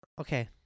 Okay